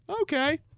okay